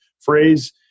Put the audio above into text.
phrase